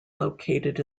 located